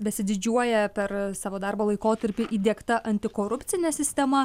besididžiuoja per savo darbo laikotarpį įdiegta antikorupcine sistema